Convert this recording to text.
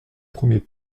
premier